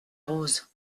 rose